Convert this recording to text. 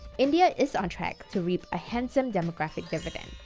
india is on track to reap a handsome demographic dividend.